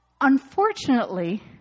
Unfortunately